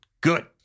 good